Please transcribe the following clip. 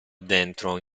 dentro